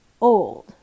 old